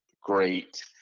great